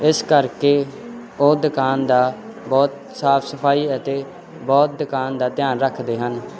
ਇਸ ਕਰਕੇ ਉਹ ਦੁਕਾਨ ਦਾ ਬਹੁਤ ਸਾਫ ਸਫਾਈ ਅਤੇ ਬਹੁਤ ਦੁਕਾਨ ਦਾ ਧਿਆਨ ਰੱਖਦੇ ਹਨ